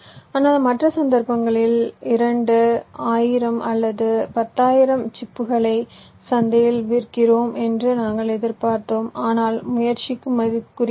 ஆனால் மற்ற சந்தர்ப்பங்களில் இரண்டு 1000 அல்லது 10000 சிப்புகளை சந்தையில் விற்கிறோம் என்று நாங்கள் எதிர்பார்த்தோம் ஆனால் முயற்சி மதிப்புக்குரியது அல்ல